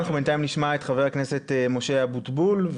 חבר הכנסת אבוטבול.